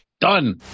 Done